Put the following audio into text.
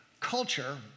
Culture